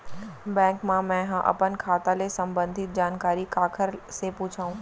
Bank मा मैं ह अपन खाता ले संबंधित जानकारी काखर से पूछव?